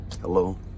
Hello